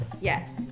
Yes